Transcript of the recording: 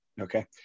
okay